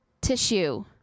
tissue